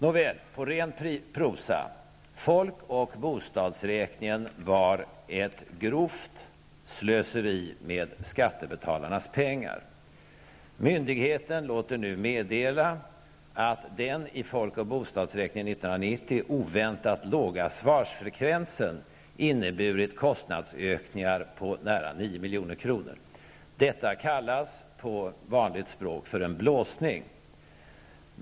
På ren prosa: Folk och bostadsräkningen var ett grovt slöseri med skattebetalarnas pengar. Myndigheten låter nu meddela att den i folk och bostadsräkningen 1990 oväntat låga svarsfrekvensen inneburit kostnadsökningar på nära 9 milj.kr. Detta kallas på vanligt språk för en blåsning.